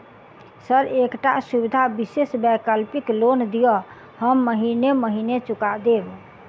Sir एकटा सुविधा विशेष वैकल्पिक लोन दिऽ हम महीने महीने चुका देब?